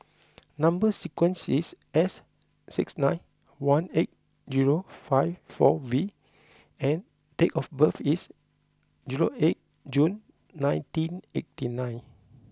number sequence is S six nine one eight zero five four V and date of birth is zero eight June nineteen eighty nine